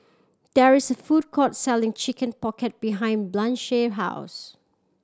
there is a food court selling Chicken Pocket behind Blanchie house